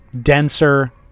denser